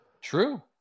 True